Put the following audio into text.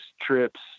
trips